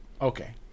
Okay